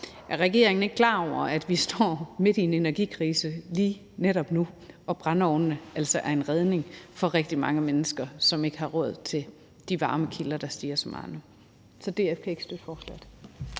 Er regeringen ikke klar over, at vi står midt i en energikrise lige netop nu, hvor brændeovnene altså er en redning for rigtig mange mennesker, som ikke har råd til de varmekilder, der stiger så meget? Så DF kan ikke støtte forslaget.